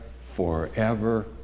forever